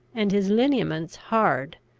and his lineaments hard.